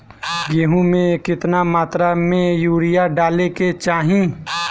गेहूँ में केतना मात्रा में यूरिया डाले के चाही?